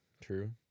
True